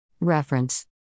Reference